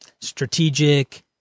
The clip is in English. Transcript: strategic